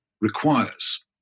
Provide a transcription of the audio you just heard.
requires